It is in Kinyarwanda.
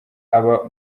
aba